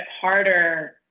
harder